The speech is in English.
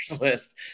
list